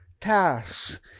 tasks